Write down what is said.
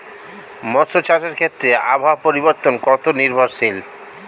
মৎস্য চাষের ক্ষেত্রে আবহাওয়া পরিবর্তন কত নির্ভরশীল?